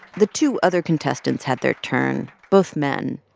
the two other contestants had their turn, both men.